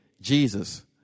Jesus